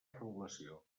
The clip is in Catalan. regulació